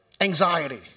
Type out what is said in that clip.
Anxiety